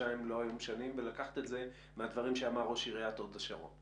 חודשיים לא היו משנים ולקחת את זה לדברים שאמר ראש עיריית הוד השרון.